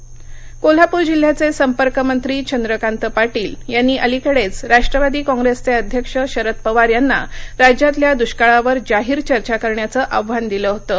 निदर्शनं कोल्हापूर जिल्हयाचे संपर्कमंत्री चंद्रकांत पाटील यांनी अलीकडेच राष्ट्रवादी काँग्रेसचे अध्यक्ष शरद पवार यांना राज्यातल्या दुष्काळावर जाहीर चर्चा करण्याचं आव्हान दिलं होतं